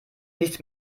nichts